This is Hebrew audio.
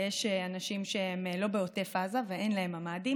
ויש אנשים שהם לא בעוטף עזה ואין להם ממ"דים.